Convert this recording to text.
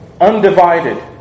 undivided